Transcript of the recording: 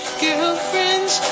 Girlfriend's